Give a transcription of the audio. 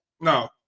No